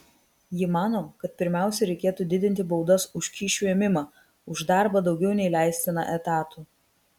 ji mano kad pirmiausia reikėtų didinti baudas už kyšių ėmimą už darbą daugiau nei leistina etatų